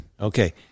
Okay